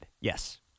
Yes